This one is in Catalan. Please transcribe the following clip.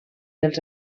els